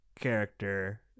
character